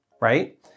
right